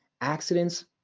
accidents